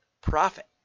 profit